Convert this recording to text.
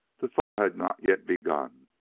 the thaw had not yet begun,